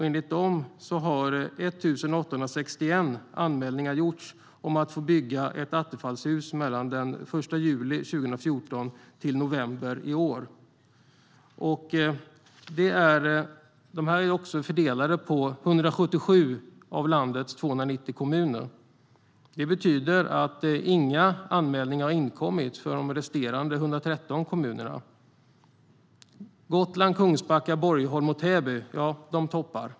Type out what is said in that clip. Enligt dem har 1 861 anmälningar gjorts om att få bygga ett Attefallshus mellan den 1 juli 2014 och november 2015. De är fördelade på 177 av landets 290 kommuner. Det betyder att inga anmälningar har inkommit för resterande 113 kommuner. Det är Gotland, Kungsbacka, Borgholm och Täby som toppar.